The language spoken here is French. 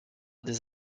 des